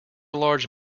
large